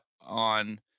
on